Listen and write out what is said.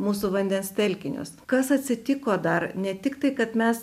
mūsų vandens telkinius kas atsitiko dar ne tik tai kad mes